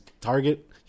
Target